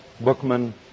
Bookman